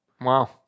Wow